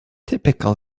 typical